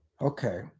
Okay